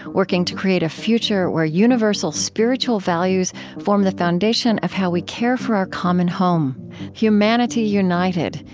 working to create a future where universal spiritual values form the foundation of how we care for our common home humanity united,